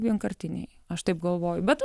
vienkartiniai aš taip galvoju bet